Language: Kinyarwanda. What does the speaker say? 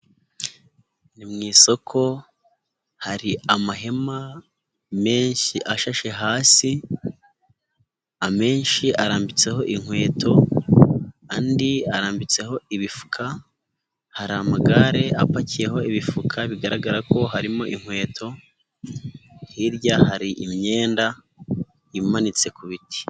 Ni mu isoko hari amahema menshi ashashe hasi, amenshi arambitseho inkweto, andi arambitseho ibifuka, hari amagare apakiyeho ibifuka bigaragara ko harimo inkweto, hirya hari imyenda imanitse ku biti.